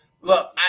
Look